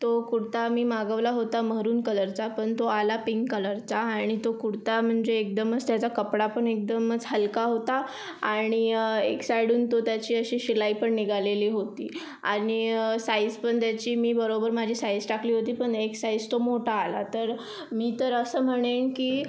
तो कुडता मी मागवला होता महरून कलरचा पन तो आला पिंक कलरचा आणि तो कुडता म्हणजे एकदमच त्याचा कपडा पण एकदमच हलका होता आणि एक साइडुन तो त्याची अशी शिलाई पण निघालेली होती आणि साइझ पण त्याची मी बरोबर माझी साइझ टाकली होती पण एक साइझ तो मोठा आला तर मी तर असं म्हणेन की